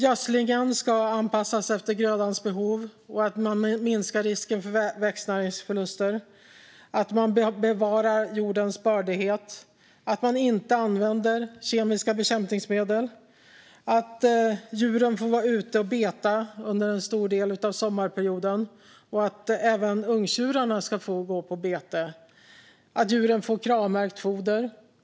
Gödslingen ska anpassas efter grödans behov. Man minskar risken för växtnäringsförluster. Man bevarar jordens bördighet. Man använder inte kemiska bekämpningsmedel. Djuren får vara ute och beta under en stor del av sommarperioden. Även ungtjurarna får gå på bete. Djuren får kravmärkt foder.